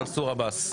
מנסור עבאס.